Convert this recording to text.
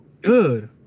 Good